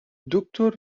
دکتر